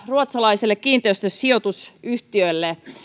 ruotsalaiselle kiinteistösijoitusyhtiölle